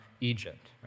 Egypt